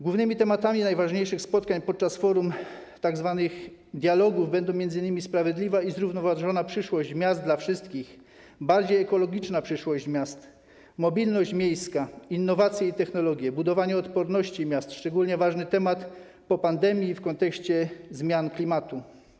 Głównymi tematami najważniejszych spotkań podczas forum, tzw. dialogów, będą m.in. sprawiedliwa i zrównoważona przyszłość miast dla wszystkich, bardziej ekologiczna przyszłość miast, mobilność miejska, innowacje i technologie, budowanie odporności miast, szczególnie ważny temat po pandemii i w kontekście zmian klimatu.